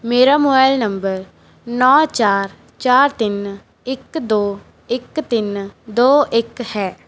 ਮੇਰਾ mobile number ਨੌਂ ਚਾਰ ਚਾਰ ਤਿੰਨ ਇੱਕ ਦੋ ਇੱਕ ਤਿੰਨ ਦੋ ਇੱਕ ਹੈ